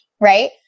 right